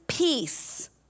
Peace